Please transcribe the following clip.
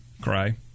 Cry